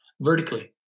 vertically